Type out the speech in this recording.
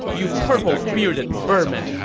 you purple-bearded vermin!